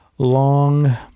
long